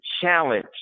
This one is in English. challenge